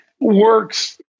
works